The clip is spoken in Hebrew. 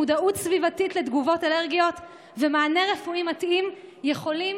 מודעות סביבתית לתגובות אלרגיות ומענה רפואי מתאים יכולים